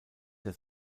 der